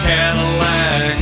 Cadillac